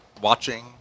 watching